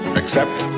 accept